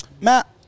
Matt